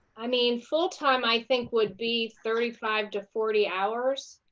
i mean full-time i think would be thirty five to forty hours,